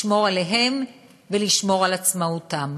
לשמור עליהם ולשמור על עצמאותם.